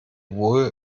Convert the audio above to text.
wohl